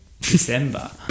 December